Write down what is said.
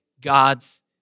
God's